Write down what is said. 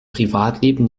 privatleben